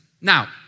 Now